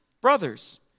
Brothers